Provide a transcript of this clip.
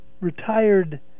retired